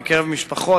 בקרב משפחות,